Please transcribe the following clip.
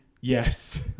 Yes